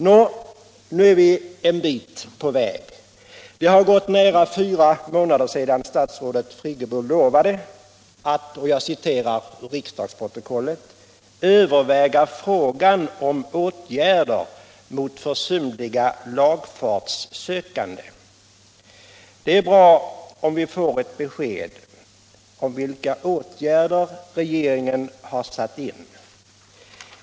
Nå — nu är vi en bit på väg. Det har gått nära fyra månader sedan statsrådet Friggebo lovade att ”överväga frågan om åtgärder mot försumliga lagfartssökande”. Det är bra om vi får ett besked om vilka åtgärder regeringen har satt in.